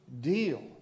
deal